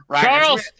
charles